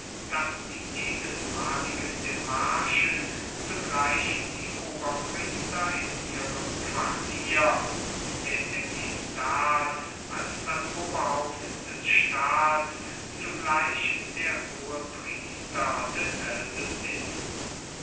daß die jedesmahligen demarchen zugleich die oberpriester in ihrem quartier und der epistat als das oberhaupt des staats zugleich der hohepriester desselben ist